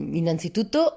innanzitutto